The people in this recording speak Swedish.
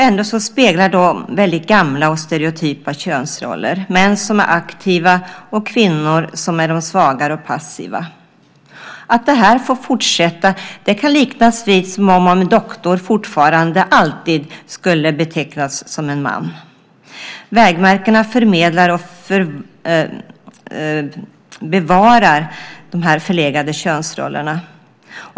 Ändå speglar de väldigt gamla och stereotypa könsroller, män som är aktiva och kvinnor som är de svagare och passiva. Att det här får fortsätta kan liknas vid att en doktor fortfarande alltid skulle betecknas som en man. Vägmärkena förmedlar och bevarar de här förlegade könsrollerna.